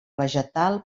vegetal